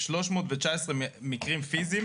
319 מקרים פיזיים